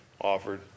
offered